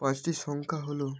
পাঁচটি সংখ্যা হল